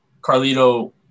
Carlito